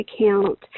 account